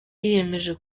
yiyemeje